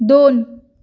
दोन